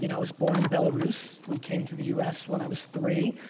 you know was born in belarus, we came to the u s when i was three,